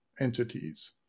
entities